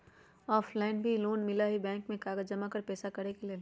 Offline भी loan मिलहई bank में कागज जमाकर पेशा करेके लेल?